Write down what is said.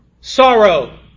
Sorrow